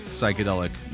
psychedelic